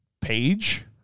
page